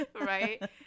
Right